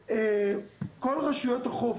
וכל רשויות החוף